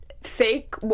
Fake